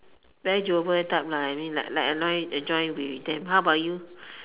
very jovial type lah I mean like like enjoy enjoy with them how about you